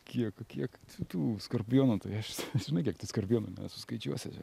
kiek kiek tų skorpionų tai aš žinai kiek tų skorpionų nesuskaičiuosi čia